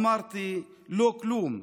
/ אמרתי: לא כלום,